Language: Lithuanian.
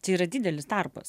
čia yra didelis tarpas